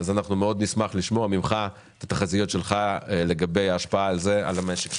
נשמח מאוד לשמוע ממך את התחזיות שלך לגבי ההשפעה של זה על המשק שלנו.